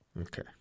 okay